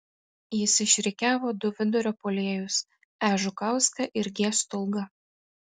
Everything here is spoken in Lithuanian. jis išrikiavo du vidurio puolėjus e žukauską ir g stulgą